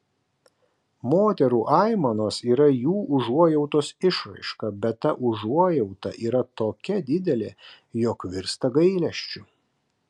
moterų aimanos yra jų užuojautos išraiška bet ta užuojauta yra tokia didelė jog virsta gailesčiu